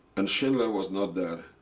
and schindler was not there.